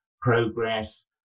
progress